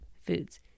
foods